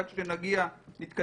אני מציע לכולם להבין פה את רוח חברי